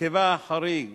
הרכבה החריג